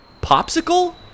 popsicle